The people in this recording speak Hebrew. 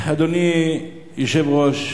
אדוני היושב-ראש,